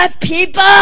people